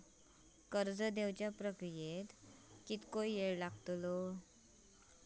कर्ज देवच्या प्रक्रियेत किती येळ लागतलो?